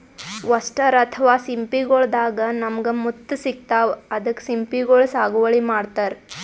oyster ಅಥವಾ ಸಿಂಪಿಗೊಳ್ ದಾಗಾ ನಮ್ಗ್ ಮುತ್ತ್ ಸಿಗ್ತಾವ್ ಅದಕ್ಕ್ ಸಿಂಪಿಗೊಳ್ ಸಾಗುವಳಿ ಮಾಡತರ್